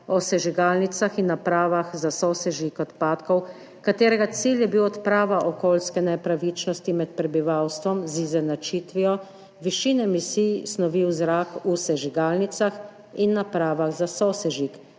o sežigalnicah in napravah za sosežig odpadkov, katerega cilj je bil odprava okoljske nepravičnosti med prebivalstvom z izenačitvijo višine emisij snovi v zrak v sežigalnicah in napravah za sosežig